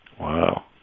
Wow